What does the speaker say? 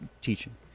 teaching